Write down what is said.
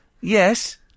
Yes